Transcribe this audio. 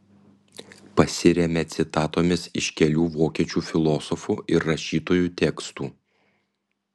pasiremia citatomis iš kelių vokiečių filosofų ir rašytojų tekstų